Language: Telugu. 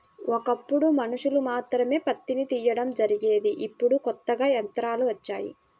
ఒకప్పుడు మనుషులు మాత్రమే పత్తిని తీయడం జరిగేది ఇప్పుడు కొత్తగా యంత్రాలు వచ్చాయి